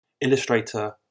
illustrator